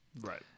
Right